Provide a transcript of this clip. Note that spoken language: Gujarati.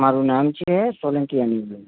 મારું નામ છે સોલંકી અનીરબન